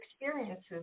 experiences